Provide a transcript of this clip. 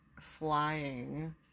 flying